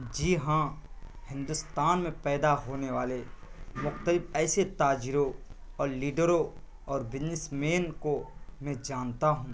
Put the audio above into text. جی ہاں ہندوستان میں پیدا ہونے والے مختلف ایسے تاجروں اور لیڈروں اور بزنس مین کو میں جانتا ہوں